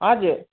हजुर